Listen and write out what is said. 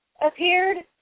appeared